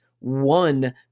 One